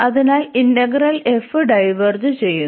അതിനാൽ integral f diverge ചെയ്യുന്നു